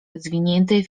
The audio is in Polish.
zwiniętej